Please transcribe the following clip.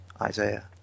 Isaiah